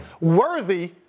worthy